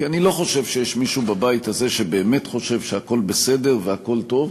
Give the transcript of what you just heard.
כי אני לא חושב שיש מישהו בבית הזה שבאמת חושב שהכול בסדר והכול טוב,